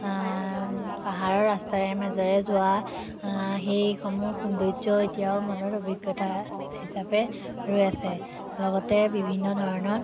পাহাৰৰ ৰাস্তাৰে মাজেৰে যোৱা সেইসমূহ সৌন্দৰ্য এতিয়াও মনত অভিজ্ঞতা হিচাপে ৰৈ আছে লগতে বিভিন্ন ধৰণৰ